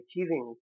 achieving